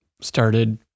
started